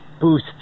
boost